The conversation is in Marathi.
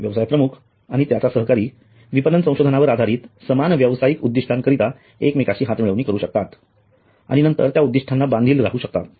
व्यवसाय प्रमुख आणि त्याचा सहकारी विपणन संशोधनावर आधारीत समान व्यावसायिक उद्दिष्टांकरिता एकमेकांशी हातमिळवणी करू शकतात आणि नंतर त्या उद्दिष्टांना बांधील राहू शकतात